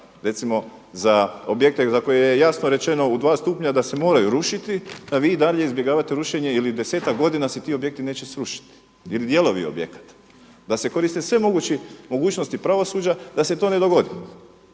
recimo za objekte za koje je jasno rečeno u dva stupnja da se moraju rušiti da vi i dalje izbjegavate rušenje ili desetak godina se ti objekti neće srušiti ili dijelovi objekata, da se koriste sve mogućnosti pravosuđa da se to ne dogodi,